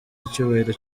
icyubahiro